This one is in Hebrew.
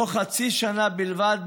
בתוך חצי שנה בלבד,